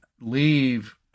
leave